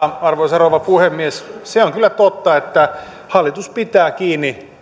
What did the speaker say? arvoisa rouva puhemies se on kyllä totta että hallitus pitää kiinni